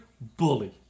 bully